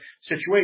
situation